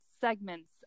segments